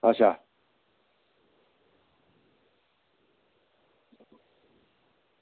अच्छा